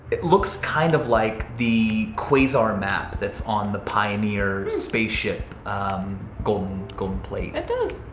it looks kind of like the quasar map that's on the pioneer spaceship golden golden plate. it does.